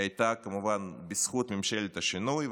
היא הייתה כמובן בזכות ממשלת השינוי,